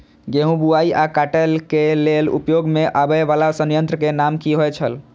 गेहूं बुआई आ काटय केय लेल उपयोग में आबेय वाला संयंत्र के नाम की होय छल?